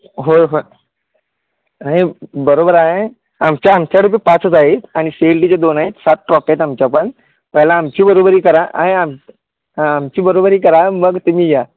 होय होय नाही बरोबर आहे आमच्या आमच्याकडे बी पाचच आहेत आणि सी एल डीचे दोन आहेत सात ट्रॉफ्या आहेत आमच्या पण पहिला आमची बरोबरी करा आय आमची आमची बरोबरी करा मग तुमी या